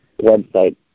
website